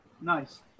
nice